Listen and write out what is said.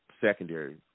secondary